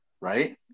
right